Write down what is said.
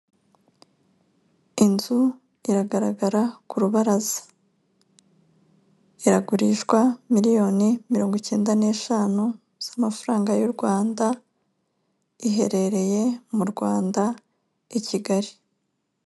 Inzu iragaragara ku rubaraza. Iragurishwa miliyoni mirongo icyenda n'eshanu z'amafaranga y'u Rwanda, iherereye mu Rwanda, i Kigali.